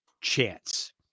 chance